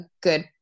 good